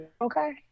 okay